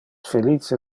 felice